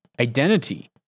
identity